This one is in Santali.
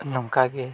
ᱱᱚᱝᱠᱟᱜᱮ